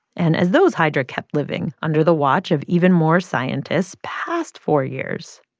and as those hydra kept living under the watch of even more scientists past four years,